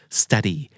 study